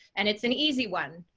and it's an easy one.